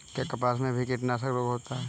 क्या कपास में भी कीटनाशक रोग होता है?